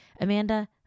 Amanda